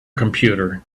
computer